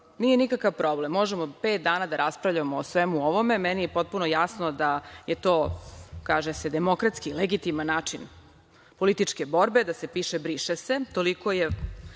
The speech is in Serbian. nije nikakav problem, možemo pet dana da raspravljamo o svemu ovome, meni je potpuno jasno da je to kako se kaže, demokratski legitiman način političke borbe, da se piše briše se. Nisam